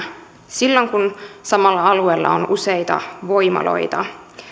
silloin kun samalla alueella on useita voimaloita